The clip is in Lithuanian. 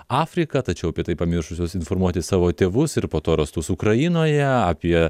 afriką tačiau apie tai pamiršusios informuoti savo tėvus ir po to rastus ukrainoje apie